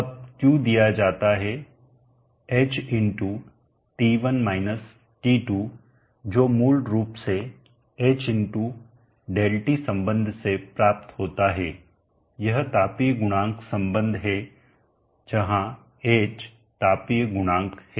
अब q दिया जाता है h जो मूल रूप से h ΔT संबंध से प्राप्त होता है यह तापीय गुणांक संबंध है जहां h तापीय गुणांक है